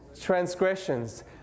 transgressions